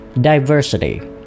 diversity